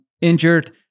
injured